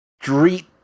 street